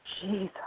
Jesus